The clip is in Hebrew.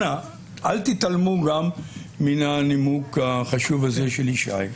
אנא, אל תתעלמו גם מן הנימוק החשוב הזה של ישי.